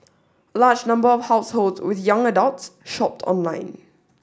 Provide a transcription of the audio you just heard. a large number of households with young adults shopped online